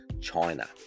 china